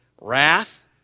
wrath